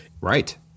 Right